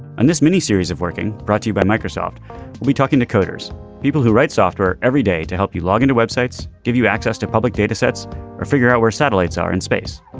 and this mini series of working brought to you by microsoft i'll be talking to coders people who write software everyday to help you log into web sites give you access to public data sets or figure out where satellites are in space.